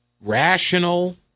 rational